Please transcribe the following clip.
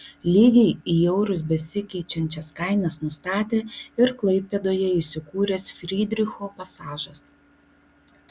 lygiai į eurus besikeičiančias kainas nustatė ir klaipėdoje įsikūręs frydricho pasažas